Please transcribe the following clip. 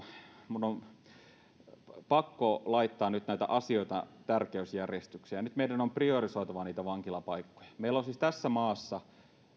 minun on pakko laittaa näitä asioita tärkeysjärjestykseen ja nyt meidän on priorisoitava vankilapaikkoja meillä on siis tässä maassa